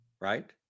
right